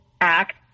act